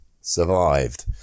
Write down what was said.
survived